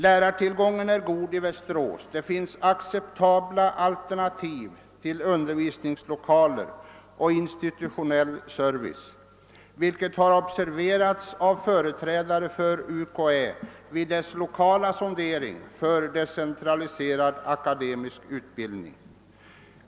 Lärartillgången är god i Västerås och det finns acceptabla möjligheter till 1lokaler och institutionell service för undervisningen, något som har observerats av företrädare för UKAÄ vid dess lokala sondering för decentraliserad akademisk utbildning.